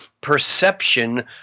perception